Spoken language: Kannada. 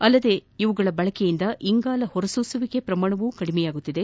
ಅಲ್ಲದೆ ಇವುಗಳ ಬಳಕೆಯಿಂದ ಇಂಗಾಲ ಹೊರಸೂಸುವಿಕೆ ಪ್ರಮಾಣವು ಕದಿಮೆಯಾಗುತ್ತಿದೆ